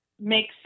Makes